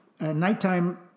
nighttime